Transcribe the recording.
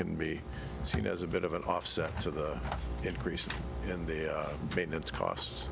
can be seen as a bit of an offset to the increase in the maintenance costs